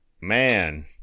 Man